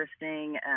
interesting